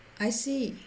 I see